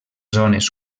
zones